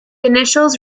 initials